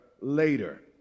later